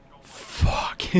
fuck